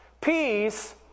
Peace